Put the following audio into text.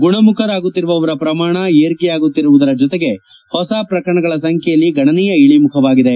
ಗುಣಮುಖರಾಗುವವರ ಪ್ರಮಾಣ ಏರಿಕೆಯಾಗುತ್ತಿರುವುದರ ಜತೆಗೆ ಹೊಸ ಪ್ರಕರಣಗಳ ಸಂಖ್ಯೆಯಲ್ಲಿ ಗಣನೀಯ ಇಳಿಮುಖವಾಗಿದೆ